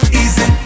easy